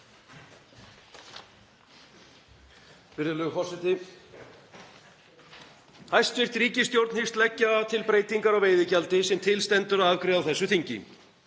Hæstv. ríkisstjórn hyggst leggja til breytingar á veiðigjaldi sem til stendur að afgreiða á þessu þingi